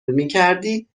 میکردی